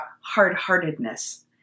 hard-heartedness